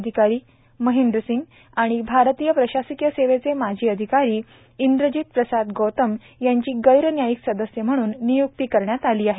अधिकारी महेंद्रसिंग आणि आरतीय प्रशासकीय सेवेचे माजी अधिकारी इंद्रजित प्रसाद गौतम यांची गैरन्यायिक सदस्य म्हणून निय्क्ती करण्यात आली आहे